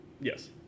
Yes